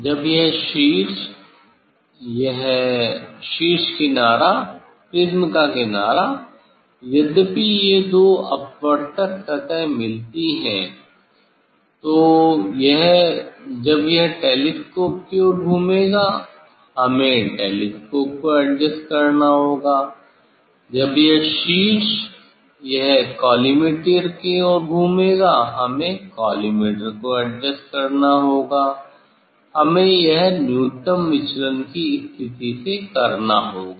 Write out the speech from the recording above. जब यह शीर्ष यह शीर्ष किनारा प्रिज्म का किनारा यद्यपि ये दो अपवर्तक सतह मिलती है तो यह जब यह टेलीस्कोप की ओर घूमेगा हमें टेलीस्कोप को एडजस्ट करना होगा जब यह शीर्ष यह कॉलीमेटर की ओर घूमेगा हमें कॉलीमेटर को एडजस्ट करना होगा यह हमें न्यूनतम विचलन की स्थिति से करना होगा